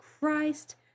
Christ